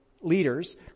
leaders